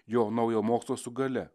jo naujo mokslo su galia